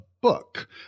book